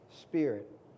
Spirit